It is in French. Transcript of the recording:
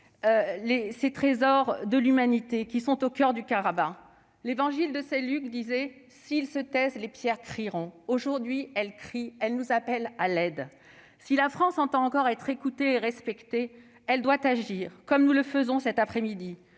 ces trésors de l'humanité qui sont au coeur du Haut-Karabagh. Il est écrit dans l'Évangile de Saint-Luc :« S'ils se taisent, les pierres crieront. » Aujourd'hui, elles crient ; elles nous appellent à l'aide. Si la France entend encore être écoutée et respectée, elle doit agir, comme nous le faisons cet après-midi.